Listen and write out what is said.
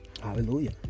Hallelujah